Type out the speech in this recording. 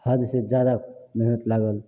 हदसँ जादा मेहनत लागल